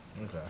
okay